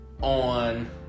on